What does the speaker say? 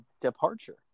departure